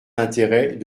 l’intérêt